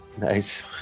Nice